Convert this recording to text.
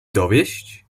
dowieść